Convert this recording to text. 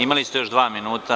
Imali ste još dva minuta.